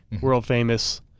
world-famous